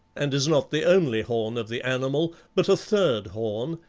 and is not the only horn of the animal, but a third horn,